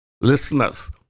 listeners